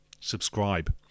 subscribe